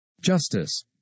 Justice